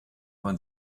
vingt